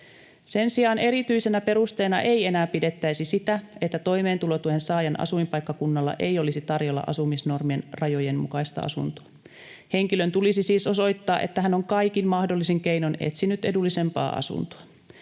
Sen sijaan erityisenä perusteena ei enää pidettäisi sitä, että toimeentulotuen saajan asuinpaikkakunnalla ei olisi tarjolla asumisnormien rajojen mukaista asuntoa. Henkilön tulisi siis osoittaa, että hän on kaikin mahdollisin keinoin etsinyt edullisempaa asuntoa.